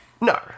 No